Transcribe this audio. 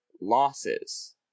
losses